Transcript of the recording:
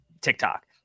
tiktok